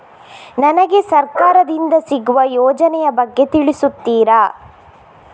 ನನಗೆ ಸರ್ಕಾರ ದಿಂದ ಸಿಗುವ ಯೋಜನೆ ಯ ಬಗ್ಗೆ ತಿಳಿಸುತ್ತೀರಾ?